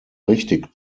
richtig